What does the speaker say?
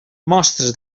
mostres